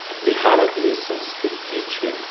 आ बिहारक जे संस्कृति छै